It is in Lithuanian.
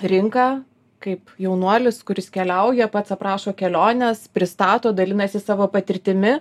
rinką kaip jaunuolis kuris keliauja pats aprašo keliones pristato dalinasi savo patirtimi